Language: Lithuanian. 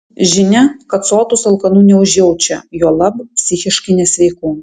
žinia kad sotūs alkanų neužjaučia juolab psichiškai nesveikų